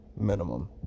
minimum